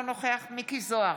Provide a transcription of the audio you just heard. אינו נוכח מכלוף מיקי זוהר,